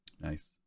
Nice